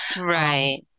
Right